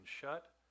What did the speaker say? shut